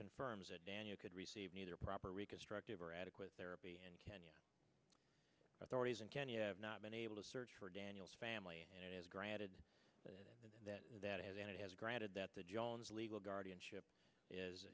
confirms that daniel could receive neither proper reconstructive or adequate therapy and kenyan authorities in kenya have not been able to search for daniel's family and it is granted that that that has and it has granted that the jones legal guardianship is